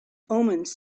omens